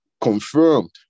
confirmed